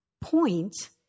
point